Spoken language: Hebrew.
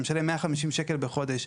שמשלם 150 שקלים בחודש,